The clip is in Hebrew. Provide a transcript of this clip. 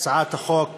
הצעת החוק